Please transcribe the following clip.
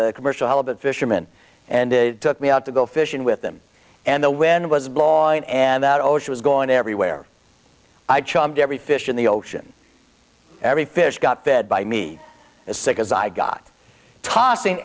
a commercial halibut fisherman and they took me out to go fishing with them and the wind was blowing and that ocean was going everywhere i chummed every fish in the ocean every fish got fed by me as sick as i got tossing